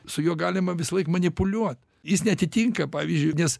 su juo galima visąlaik manipuliuot jis neatitinka pavyzdžiui nes